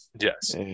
yes